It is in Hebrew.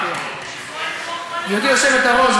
גברתי היושבת-ראש,